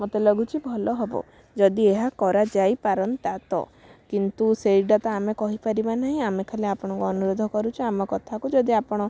ମୋତେ ଲାଗୁଛି ଭଲ ହେବ ଯଦି ଏହା କରାଯାଇପାରନ୍ତା ତ କିନ୍ତୁ ସେଇଟା ତ ଆମେ କହିପାରିବା ନାହିଁ ଆମେ ଖାଲି ଆପଣଙ୍କୁ ଅନୁରୋଧ କରୁଛୁ ଆମ କଥାକୁ ଯଦି ଆପଣ